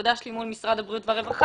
בעבודה שלי מול משרד הבריאות והרווחה,